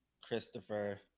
Christopher